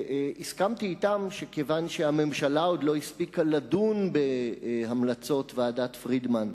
הסכמתי אתם שכיוון שהממשלה עוד לא הספיקה לדון בהמלצות ועדת-פרידמן,